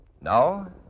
Now